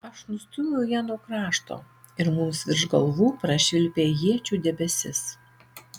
aš nustūmiau ją nuo krašto ir mums virš galvų prašvilpė iečių debesis